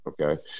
okay